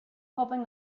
hoping